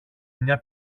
μια